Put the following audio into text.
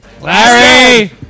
Larry